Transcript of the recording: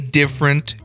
different